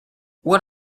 what